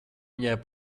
viņai